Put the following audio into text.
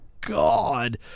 God